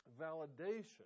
validation